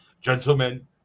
gentlemen